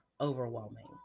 overwhelming